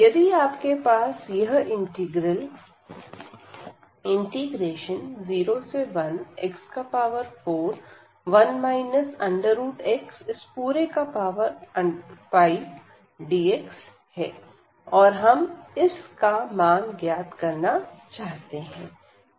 यदि आपके पास यह इंटीग्रल 01x41 x5dx है और हम इस का मान ज्ञात करना चाहते हैं